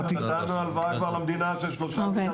קריאה 2: נתנו כבר הלוואה למדינה של 3 מיליארד שקל.